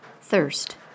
thirst